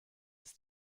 ist